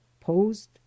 posed